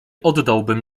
oddałbym